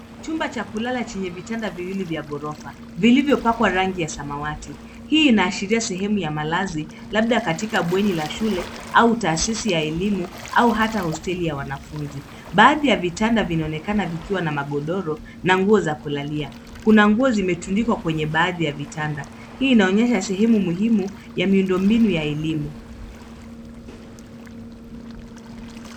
Chumba cha kulala chenye vitanda viwili vya ghorofa. Vilivyopakwa rangi ya samawati hii inaashiria sehemu ya malazi labda katika bweni la shule au taasisi ya elimu au hata hosteli ya wanafunzi. Baadhi ya vitanda vinaonekana vikiwa na magodoro na nguo za kulalia. Kuna nguo zimetundikwa kwenye baadhi ya vitanda. Hii inaonyesha sehemu muhimu ya miundo mbinu ya elimu.